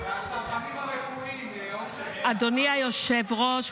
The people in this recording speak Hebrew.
אדוני היושב-ראש,